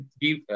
give